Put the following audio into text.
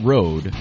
Road